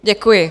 Děkuji.